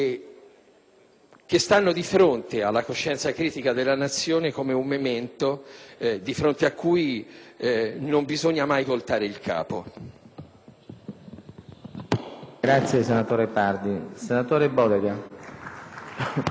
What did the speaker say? che stanno davanti alla coscienza critica della Nazione come un memento di fronte a cui non bisogna mai voltare il capo.